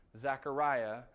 Zachariah